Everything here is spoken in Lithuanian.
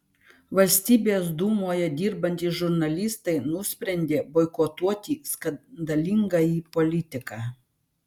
valstybės dūmoje dirbantys žurnalistai nusprendė boikotuoti skandalingąjį politiką